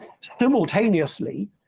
simultaneously